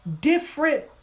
Different